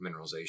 mineralization